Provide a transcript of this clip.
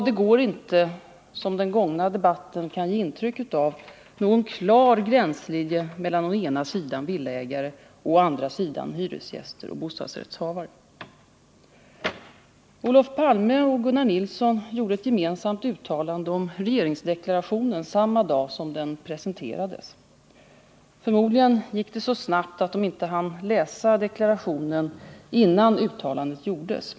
Det går inte som den gångna debatten kan ge intryck av någon klar gränslinje mellan å ena sidan villaägare och å andra sidan hyresgäster och bostadsrättshavare. Olof Palme och Gunnar Nilsson gjorde ett gemensamt uttalande om regeringsdeklarationen samma dag den presenterades. Förmodligen gick det så snabbt att de inte hann läsa regeringsdeklarationen innan uttalandet gjordes.